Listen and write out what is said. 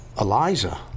Eliza